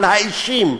על האישים,